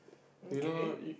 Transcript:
um K